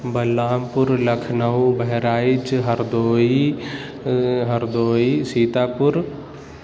بلرام پور لکھنؤ بہرائچ ہردوئی ہردوئی سیتاپور